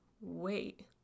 wait